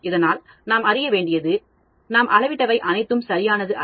இதனால் நாம் அறிய வேண்டியது நாம் அளவிட்ட வை அனைத்தும் சரியானது அல்ல